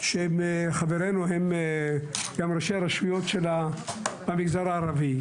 שחברינו הם גם ראשי הרשויות במגזר הערבי,